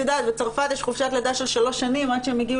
בצרפת יש חופשת לידה של שלוש שנים עד שהם הגיעו